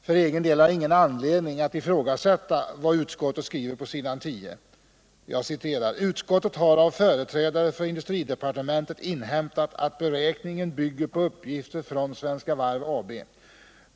För egen del har jag ingen anledning att ifrågasätta vad utskottet skriver på s. 10: ”Utskottet har av företrädare för industridepartementet inhämtat att beräkningen bygger på uppgifter från Svenska Varv AB.